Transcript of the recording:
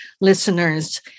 listeners